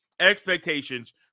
expectations